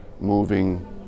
moving